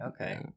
Okay